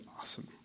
awesome